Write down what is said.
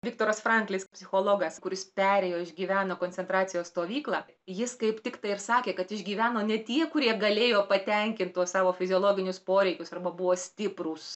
viktoras franklis psichologas kuris perėjo išgyveno koncentracijos stovyklą jis kaip tik tai ir sakė kad išgyveno ne tie kurie galėjo patenkinti tuo savo fiziologinius poreikius arba buvo stiprūs